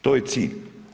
To je cilj.